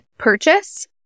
purchase